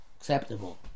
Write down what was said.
acceptable